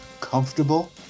comfortable